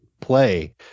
play